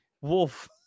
wolf